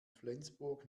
flensburg